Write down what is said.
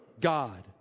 God